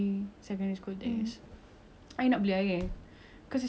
cause it's recess time of course saya nak beli air so I pergi canteen seorang-seorang